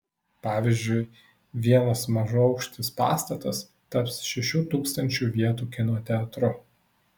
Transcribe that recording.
pavyzdžiui vienas mažaaukštis pastatas taps šešių tūkstančių vietų kino teatru